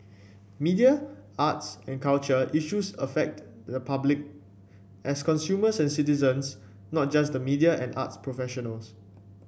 media arts and culture issues affect the public as consumers and citizens not just the media and arts professionals